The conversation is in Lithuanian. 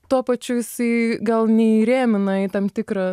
tuo pačiu jisai gal neįrėmina į tam tikrą